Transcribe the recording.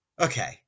Okay